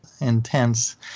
intense